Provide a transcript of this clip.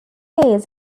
appears